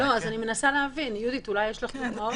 אז אני מנסה, יהודית, אולי יש לך דוגמאות?